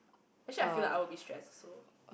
actually I feel like I will be stressed also